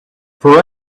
for